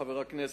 חבר הכנסת,